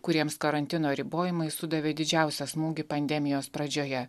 kuriems karantino ribojimai sudavė didžiausią smūgį pandemijos pradžioje